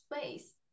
space